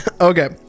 Okay